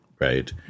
right